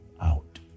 out